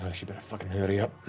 um she better fucking hurry up.